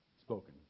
spoken